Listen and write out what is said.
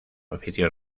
oficios